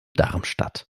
darmstadt